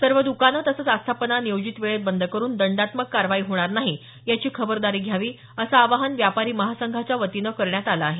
सर्व द्कानं तसंच आस्थापना नियोजित वेळेत बंद करून दंडात्मक कारवाई होणार नाही याची खबरदारी घ्यावी असं आवाहन व्यापारी महासंघाच्या वतीने करण्यात आलं आहे